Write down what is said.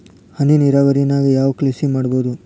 ಹನಿ ನೇರಾವರಿ ನಾಗ್ ಯಾವ್ ಕೃಷಿ ಮಾಡ್ಬೋದು?